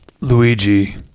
Luigi